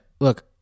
Look